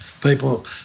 People